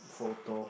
photo